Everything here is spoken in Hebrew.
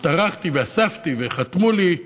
וטרחתי, ואספתי, וחתמו לי,